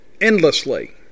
endlessly